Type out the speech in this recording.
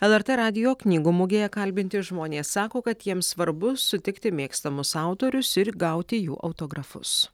lrt radijo knygų mugėje kalbinti žmonės sako kad jiems svarbu sutikti mėgstamus autorius ir gauti jų autografus